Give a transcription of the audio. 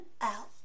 out